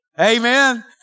Amen